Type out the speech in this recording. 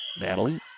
Natalie